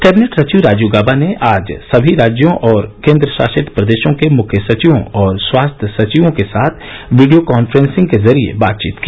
cabinet सचिव राजीव गाबा ने आज सभी राज्यों और केन्द्रशासित प्रदेशों के मुख्य सचिवों और स्वास्थ्य सचिवों के साथ वीडियो कान्फ्रेंसिंग के जरिए बातचीत की